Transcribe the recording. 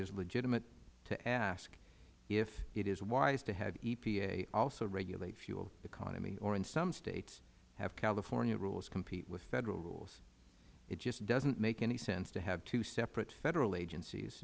is legitimate to ask if it is wise to have epa also regulate fuel economy or in some states have california rules compete with federal rules it just doesn't make any sense to have two separate federal agencies